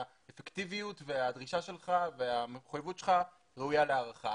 האפקטיביות והדרישה שלך והמחויבות שלך ראויה להערכה.